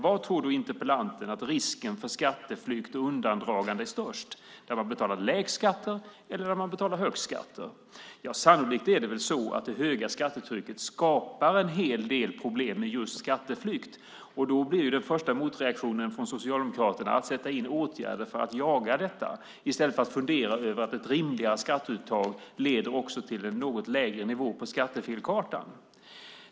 Var tror interpellanten att risken är störst för skatteflykt och skatteundandragande? Är det där man betalar lägst skatt eller där man betalar högst skatt? Sannolikt är det så att det höga skattetrycket skapar en hel del problem med just skatteflykt. Den första motreaktionen från Socialdemokraterna blir då att sätta in åtgärder för att jaga detta i stället för att fundera över att ett rimligare skatteuttag också leder till en något lägre nivå på skattefelskartan.